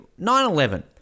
9-11